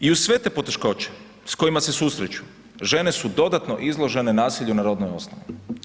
I uz sve te poteškoće s kojima se susreću žene su dodatno izložene nasilju na rodnoj osnovi.